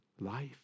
life